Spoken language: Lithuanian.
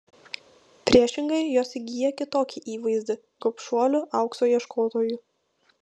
priešingai jos įgyja kitokį įvaizdį gobšuolių aukso ieškotojų